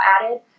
added